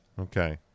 Okay